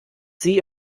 sie